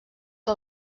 que